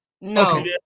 No